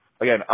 Again